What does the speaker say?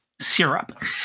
syrup